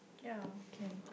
ya can